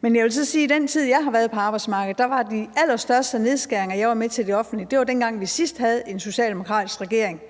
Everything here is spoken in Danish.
Men jeg vil så sige, at i den tid, jeg har været på arbejdsmarkedet, var de allerstørste nedskæringer i det offentlige, dengang vi sidst havde en socialdemokratisk regering.